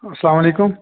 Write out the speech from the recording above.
اَسلامُ عَلیکُم